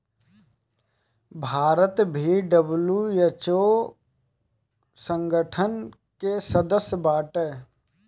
भारत भी डब्ल्यू.एच.ओ संगठन के सदस्य बाटे